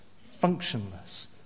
functionless